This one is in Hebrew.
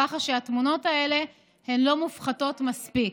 ככה שהתמונות האלה לא מופחתות מספיק.